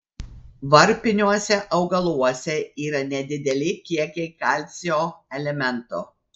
varpiniuose augaluose yra nedideli kiekiai kalcio elemento